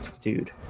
Dude